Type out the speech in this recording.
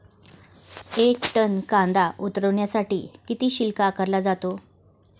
एक टन कांदा उतरवण्यासाठी किती शुल्क आकारला जातो?